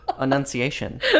enunciation